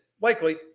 Likely